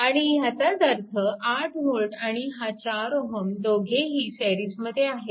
आणि ह्याचाच अर्थ 8V आणि हा 4Ω दोघेही सिरीजमध्ये आहेत